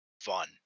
fun